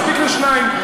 מספיק לשניים.